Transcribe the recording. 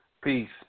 Peace